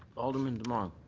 alderman demong.